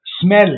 smell